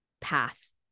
path